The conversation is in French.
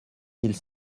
mille